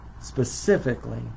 specifically